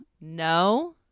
no